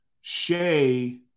Shay